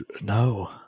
No